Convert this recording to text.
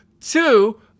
Two